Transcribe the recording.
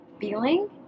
feeling